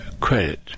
credit